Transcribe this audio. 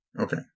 Okay